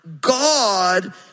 God